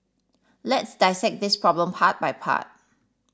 let's dissect this problem part by part